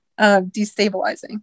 destabilizing